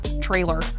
trailer